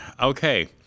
okay